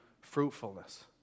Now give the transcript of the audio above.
fruitfulness